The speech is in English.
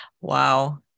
Wow